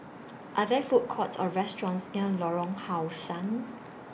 Are There Food Courts Or restaurants near Lorong How Sun